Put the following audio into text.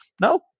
no